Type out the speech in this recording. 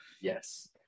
Yes